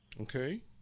Okay